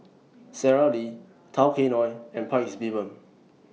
Sara Lee Tao Kae Noi and Paik's Bibim